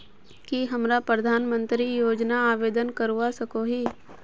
की हमरा प्रधानमंत्री योजना आवेदन करवा सकोही?